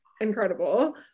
incredible